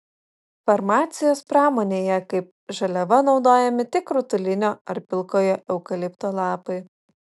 farmacijos pramonėje kaip žaliava naudojami tik rutulinio ar pilkojo eukalipto lapai